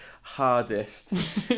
hardest